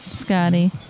Scotty